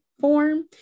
form